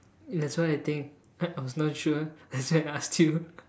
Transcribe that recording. that's why I think I was not sure that's why I asked you